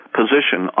position